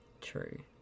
True